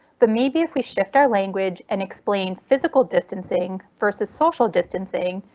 but maybe if we shift our language and explain physical distancing versus social distancing,